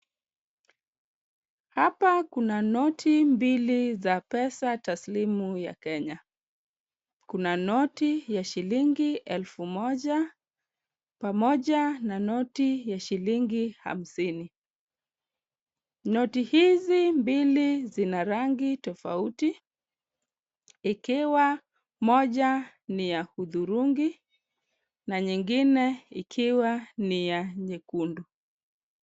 Hapa kuna noti mbili za pesa taslimu ya Kenya. Kuna noti ya shilingi elfu moja pamoja na noti ya shilingi hamsini. Noti hizi mbili zina rangi tofauti, ikiwa moja ni ya hudhurungi na nyingine ikiwa ni ya nyekundu.